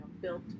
built